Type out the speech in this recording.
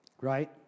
right